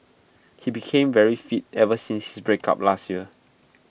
he became very fit ever since his breakup last year